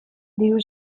diru